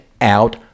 out